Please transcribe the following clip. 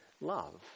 love